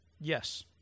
yes